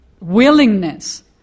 willingness